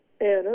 Anna